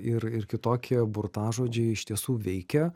ir ir kitokie burtažodžiai iš tiesų veikia